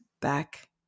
back